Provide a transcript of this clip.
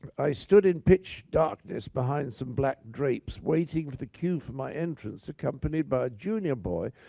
i stood in pitch darkness behind some black drapes, waiting for the cue for my entrance, accompanied by a junior boy,